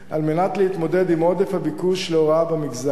על מנת להתמודד עם עודף הביקוש להוראה במגזר.